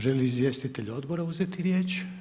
Želi li izvjestitelj odbora uzeti riječ?